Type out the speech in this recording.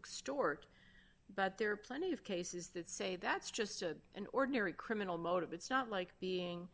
extort but there are plenty of cases that say that's just a an ordinary criminal motive it's not like being